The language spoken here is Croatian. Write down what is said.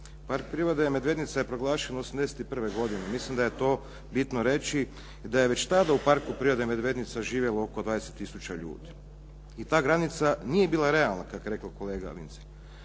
Park prirode “Medvednica“ je proglašen '81. godine. Mislim da je to bitno reći i da je već tada u Parku prirode “Medvednica živjelo oko 20000 ljudi. I ta granica nije bila realna kak je rekel kolega Vincelj.